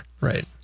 right